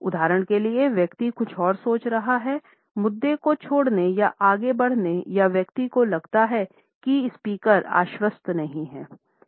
उदाहरण के लिए व्यक्ति कुछ और सोच रहा होगा मुद्दे को छोड़ना या आगे बढ़ना या व्यक्ति को लगता है कि स्पीकर आश्वस्त नहीं है